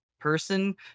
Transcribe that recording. person